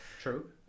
true